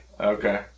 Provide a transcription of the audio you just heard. Okay